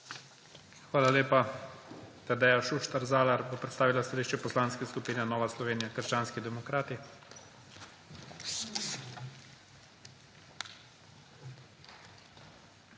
Hvala lepa. Tadeja Šuštar Zalar bo predstavila stališče Poslanske skupine Nova Slovenija – krščanski demokrati.